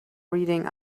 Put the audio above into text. reading